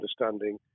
understanding